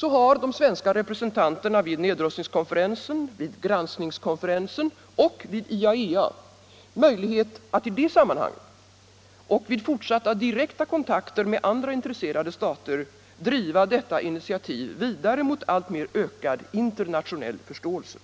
har de svenska representanterna vid nedrustningskonferensen, vid granskningskonferensen och vid IAEA möjlighet att i det sammanhanget — och vid fortsatta direkta kontakter med andra intresserade stater — driva detta initiativ vidare mot alltmer ökad internationell förståelse.